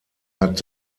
hat